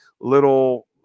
little